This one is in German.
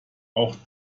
auch